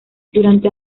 durante